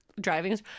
Driving